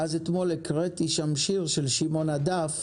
ואז אתמול הקראתי שם שיר של שמעון אדף,